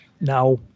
Now